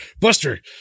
Buster